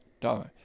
die